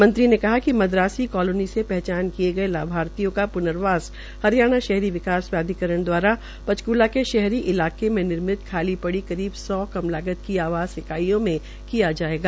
मंत्री ने कहा कि मद्रास कॉलोनी से पहचान किये गये लाभार्थियों का पुर्नवास हरियाणा शहरी विकास प्राधिकरण दवारा पंचक्ला के शहरी इलाके में निर्मित खाली पड़ी करीब सौ कम लागत की आवास इकाइयों में किया जायेगा